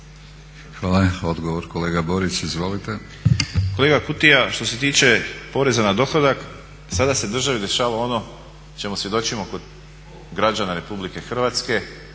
Hvala. Odgovor kolega Borić? Izvolite. **Borić, Josip (HDZ)** Kolega Kutija, što se tiče poreza na dohodak sada se u državi dešava ono čemu svjedočimo kod građana Republike Hrvatske